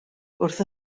wrth